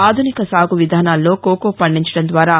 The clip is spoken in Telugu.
ఆధునిక సాగు విధానాల్లో కోకో పండించడం ద్వారా